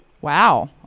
Wow